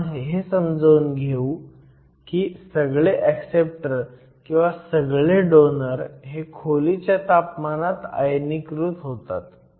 आपण हे समजावून घेऊ की सगळे ऍक्सेप्टर किंवा सगळे डोनर हे खोलीच्या तापमानात आयनीकृत होतात